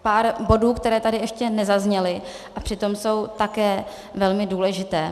Pár bodů, které tady ještě nezazněly a přitom jsou také velmi důležité.